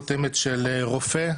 חותמת של רופא,